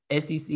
sec